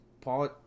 Paul